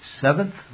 Seventh